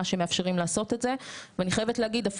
שמאפשרים לעשות את זה ואני חייבת להגיד,